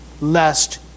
lest